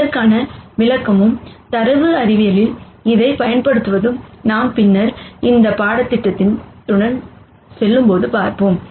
இதற்கான விளக்கமும் டேட்டா சயின்ஸ்ல் இதைப் பயன்படுத்துவதும் நாம் பின்னர் இந்த பாடத்திட்டத்துடன் செல்லும்போது பார்ப்போம்